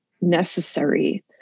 necessary